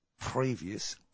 previous